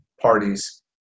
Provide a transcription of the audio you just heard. parties